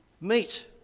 meet